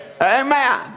Amen